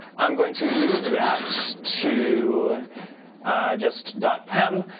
i'm going to move that to just dot pem.